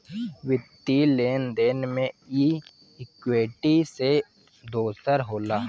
वित्तीय लेन देन मे ई इक्वीटी से दोसर होला